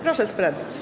Proszę sprawdzić.